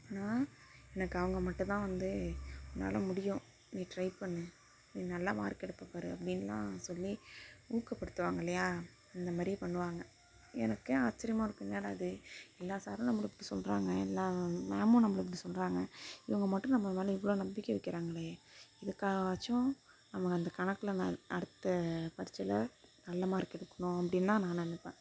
ஆனால் எனக்கு அவங்க மட்டுந்தான் வந்து உன்னால் முடியும் நீ டிரை பண்ணு நீ நல்லா மார்க் எடுப்பப்பார் அப்படின்லாம் சொல்லி ஊக்கப்படுத்துவாங்கள் இல்லையா அந்த மாதிரி பண்ணுவாங்கள் எனக்கே ஆச்சரியமா இருக்கும் என்னடா இது எல்லா சாரும் நம்மளை இப்படி சொல்கிறாங்க எல்லா மேமும் நம்மளை இப்படி சொல்கிறாங்க இவங்க மட்டும் நம்ம மேலே இவ்வளோ நம்பிக்கை வைக்கிறாங்களே இதுக்காகவாச்சும் நம்ம அந்த கணக்கில் ந அடுத்த பரிட்சையில நல்ல மார்க் எடுக்கணும் அப்படின்தான் நான் நினப்பேன்